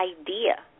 idea